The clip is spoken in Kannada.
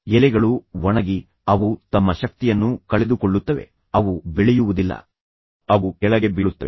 ಎಲೆಗಳು ಒಣಗಿ ಅವು ತಮ್ಮ ಶಕ್ತಿಯನ್ನು ಕಳೆದುಕೊಳ್ಳುತ್ತವೆ ಅವು ಬೆಳೆಯುವುದಿಲ್ಲ ಅವು ಕೆಳಗೆ ಬೀಳುತ್ತವೆ